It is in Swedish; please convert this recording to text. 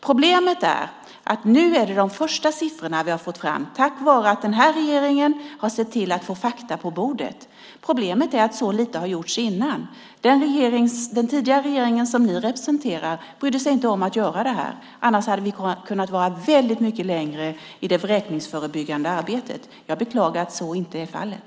Vi har nu fått fram de första siffrorna tack vare att regeringen sett till att få fakta på bordet. Problemet är att så lite gjorts tidigare. Den tidigare regeringen, som ni representerar, brydde sig inte om att göra det. I så fall skulle vi ha kommit mycket längre i det vräkningsförebyggande arbetet. Jag beklagar att så inte är fallet.